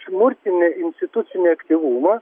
smurtinį institucinį aktyvumą